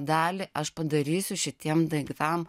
dalį aš padarysiu šitiem daiktam